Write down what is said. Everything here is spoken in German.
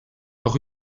auch